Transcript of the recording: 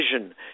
vision